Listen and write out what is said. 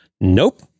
Nope